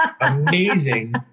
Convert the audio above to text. amazing